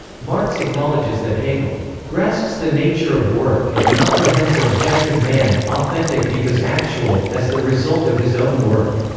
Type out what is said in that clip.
marx acknowledges that hegel grasps the nature of work and comprehends objective man, authentic because actual, as the result of his own work,